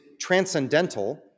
transcendental